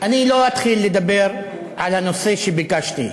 אני לא אתחיל לדבר על הנושא שביקשתי.